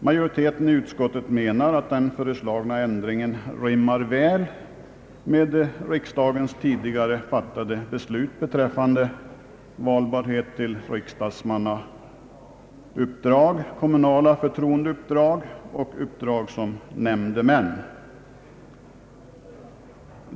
Majoriteten i utskottet menar att den föreslagna ändringen rimmar väl med riksdagens tidigare fattade beslut beträffande valbarhet till riksdagsmannauppdrag och kommunala förtroendeuppdrag samt uppdrag som nämndemän.